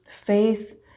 faith